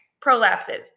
prolapses